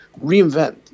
reinvent